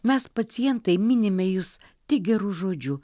mes pacientai minime jus tik geru žodžiu